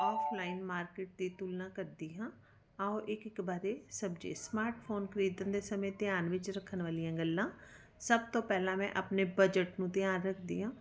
offline market ਦੀ ਤੁਲਨਾ ਕਰਦੀ ਹਾਂ ਆਓ ਇੱਕ ਇੱਕ ਬਾਰੇ ਸਮਝੀਏ ਸਮਾਰਟਫੋਨ ਖਰੀਦਣ ਦੇ ਸਮੇਂ ਧਿਆਨ ਵਿੱਚ ਰੱਖਣ ਵਾਲੀਆਂ ਗੱਲਾਂ ਸਭ ਤੋਂ ਪਹਿਲਾਂ ਮੈਂ ਆਪਣੇ ਬਜਟ ਨੂੰ ਧਿਆਨ ਰੱਖਦੀ ਹਾਂ